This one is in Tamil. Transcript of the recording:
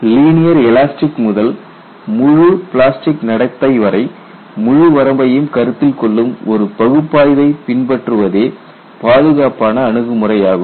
லீனியர் எலாஸ்டிக் முதல் முழு பிளாஸ்டிக் நடத்தை வரை முழு வரம்பையும் கருத்தில் கொள்ளும் ஒரு பகுப்பாய்வை பின்பற்றுவதே பாதுகாப்பான அணுகுமுறை ஆகும்